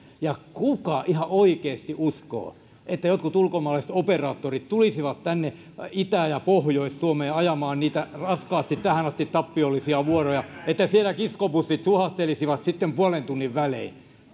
ja kuka ihan oikeasti uskoo että jotkut ulkomaalaiset operaattorit tulisivat tänne itä ja pohjois suomeen ajamaan niitä tähän asti raskaasti tappiollisia vuoroja että siellä kiskobussit suhahtelisivat sitten puolen tunnin välein